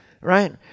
Right